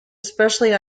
especially